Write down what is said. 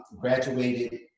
graduated